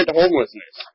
homelessness